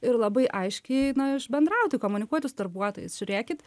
ir labai aiškiai na išbendrauti komunikuoti su darbuotojais žiūrėkit